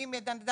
שאם בן אדם